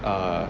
uh